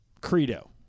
credo